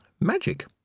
magic